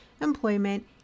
employment